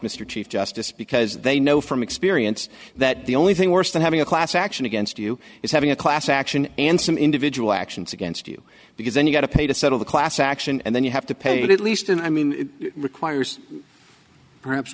mr chief justice because they know from experience that the only thing worse than having a class action against you is having a class action and some individual actions against you because then you got to pay to settle the class action and then you have to pay it at least and i mean requires perhaps